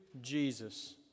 Jesus